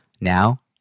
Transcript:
Now